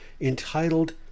entitled